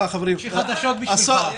יש לי חדשות בשבילך.